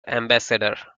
ambassador